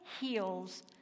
Heals